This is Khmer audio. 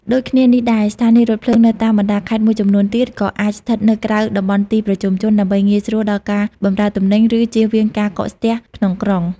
ដូចគ្នានេះដែរ ស្ថានីយ៍រថភ្លើងនៅតាមបណ្តាខេត្តមួយចំនួនទៀត ក៏អាចស្ថិតនៅក្រៅតំបន់ទីប្រជុំជន ដើម្បីងាយស្រួលដល់ការបម្រើទំនិញ ឬជៀសវាងការកកស្ទះក្នុងក្រុង។